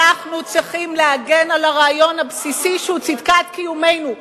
אנחנו צריכים להגן על הרעיון הבסיסי שהוא צדקת קיומנו.